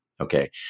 Okay